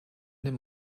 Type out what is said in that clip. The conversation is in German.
dem